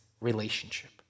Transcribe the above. relationship